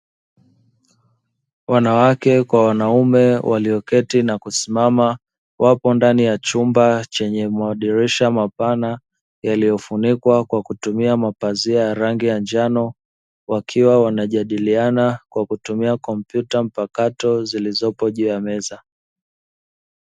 Wanawake kwa wanaume walioketi na kusimama wapo ndani ya chumba chenye madirisha mapana yaliyofunikwa kwa kutumia mapazia ya rangi ya njano, wakiwa wanajadiliana kwa kutumia kompyuta mpakato zilizopo juu ya meza.